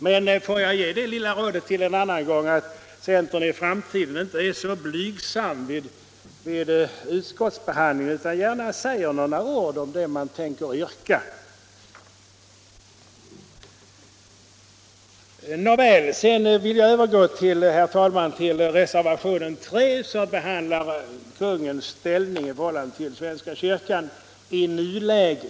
Men får jag ge det lilla rådet till en annan gång, att centern inte är så blygsam vid utskottsbehandlingen utan gärna säger några ord om det man tänker yrka. Herr talman! Jag vill nu övergå till reservationen 3 som gäller kungens ställning i förhållande till svenska kyrkan i nuläget.